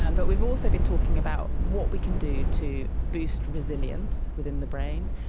um but we've also been talking about what we can do to boost resilience within the brain.